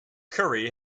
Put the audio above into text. curry